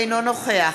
אינו נוכח